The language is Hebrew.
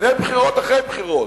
לפני בחירות, אחרי בחירות?